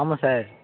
ஆமாம் சார்